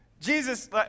Jesus